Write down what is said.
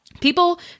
people